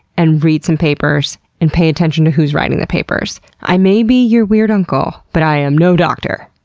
and read some papers, and pay attention to who's writing the papers. i may be your weird uncle, but i am no doctor.